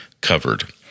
covered